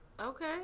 Okay